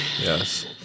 Yes